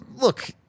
look